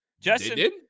Justin